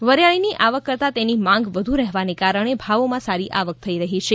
વરિયાળીની આવક કરતાં તેની માંગ વધુ રહેવાને કારણે ભાવોમાં સારી આવક થઈ રહી છે